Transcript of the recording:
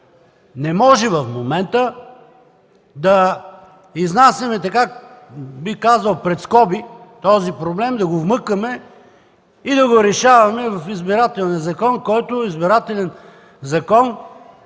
Не може в момента да изнасяме, бих казал, пред скоби този проблем, да го вмъкваме и да го решаваме в Избирателния закон, който Избирателен закон